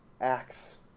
acts